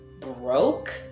Broke